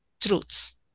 truths